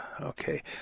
Okay